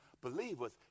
Believers